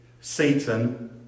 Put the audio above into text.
Satan